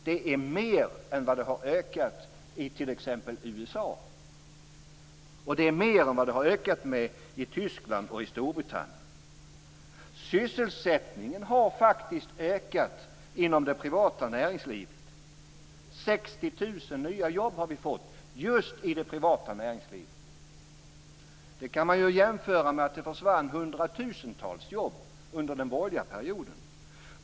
Det är mer än vad den har ökat i t.ex. USA och mer än vad den har ökat med i Tyskland och i Storbritannien. Sysselsättningen har faktiskt ökat inom det privata näringslivet. Vi har fått 60 000 nya jobb just i det privata näringslivet. Det kan man jämföra med att det försvann hundratusentals jobb under den borgerliga perioden.